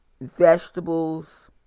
vegetables